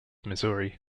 missouri